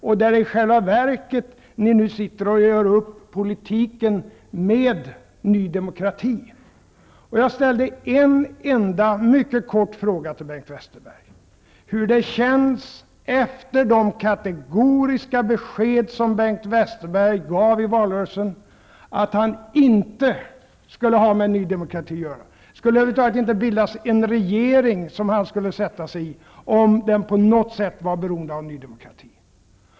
Där sitter ni i själva verket och gör upp politiken med Ny demokrati. Jag ställde en enda mycket kort fråga till Bengt Westerberg. Bengt Westerberg gav i valrörelsen kategoriska besked om att han inte skulle ha med Ny demokrati att göra, att det över huvud taget inte skulle bildas en regering som han skulle medverka i om den på något sätt var beroende av Ny demokrati.